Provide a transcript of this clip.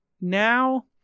now